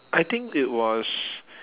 I think it was